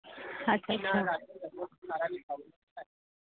अच्छा अच्छा